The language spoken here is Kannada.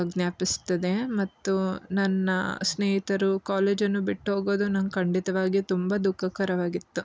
ಜ್ಞಾಪಿಸ್ತದೆ ಮತ್ತು ನನ್ನ ಸ್ನೇಹಿತರು ಕಾಲೇಜನ್ನು ಬಿಟ್ಟು ಹೋಗೋದು ನಂಗೆ ಖಂಡಿತವಾಗಿಯೂ ತುಂಬ ದುಃಖಕರವಾಗಿತ್ತು